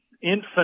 infinite